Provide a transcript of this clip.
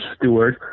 steward